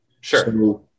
sure